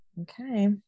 Okay